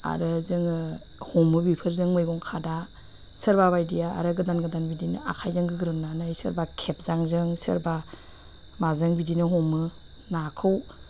आरो जोङो हमो बेफोरजों मैगं खादा सोरबा बायदिया आरो गोदान गोदान बिदिनो आखाइजों गोग्रोमनानै सोरबा खेबजांजों सोरबा माजों बिदिनो हमो नाखौ